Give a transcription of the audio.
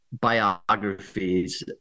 biographies